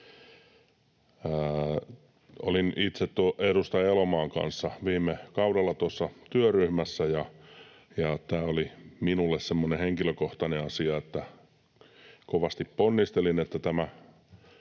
Olin itse edustaja Elomaan kanssa viime kaudella tuossa työryhmässä, ja tämä oli minulle semmoinen henkilökohtainen asia, että kovasti ponnistelin, että tämä